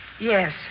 Yes